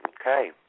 Okay